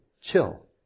Chill